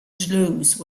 toulouse